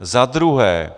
Za druhé.